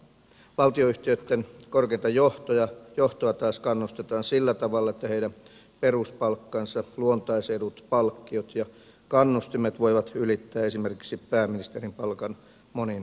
valtionyhtiöitten korkeinta johtoa taas kannustetaan sillä tavalla että heidän peruspalkkansa luontaisedut palkkiot ja kannustimet voivat ylittää esimerkiksi pääministerin palkan moninkertaisesti